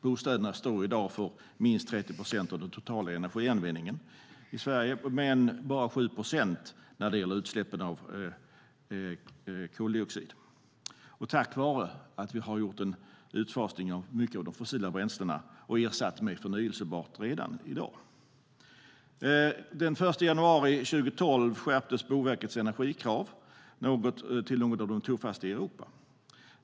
Bostäderna står i dag för minst 30 procent av den totala energianvändningen i Sverige men bara 7 procent när det gäller utsläppen av koldioxid, tack vare att vi har gjort en utfasning av mycket av de fossila bränslena och ersatt dem med förnybart redan i dag. Den 1 januari 2012 skärptes Boverkets energikrav till några av de tuffaste i Europa.